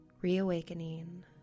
reawakening